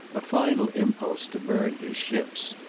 a final impulse to burn his ships.